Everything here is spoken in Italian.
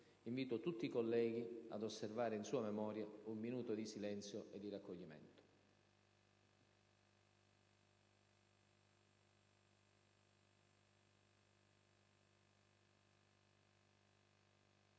invito tutti i colleghi ad osservare, in sua memoria, un minuto di silenzio e di raccoglimento.